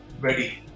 ready